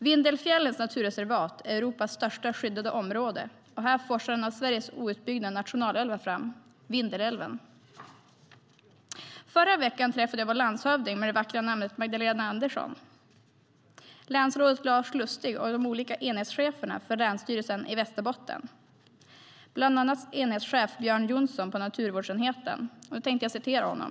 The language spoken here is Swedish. Vindelfjällens naturreservat är Europas största skyddade område, och här forsar en av Sveriges outbyggda nationalälvar, Vindelälven, fram. Förra veckan träffade jag vår landshövding med det vackra namnet Magdalena Andersson, länsrådet Lars Lustig och de olika enhetscheferna för Länsstyrelsen i Västerbottens län, bland annat enhetschef Björn Jonsson på naturvårdsenheten. Jag tänker referera honom.